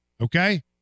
Okay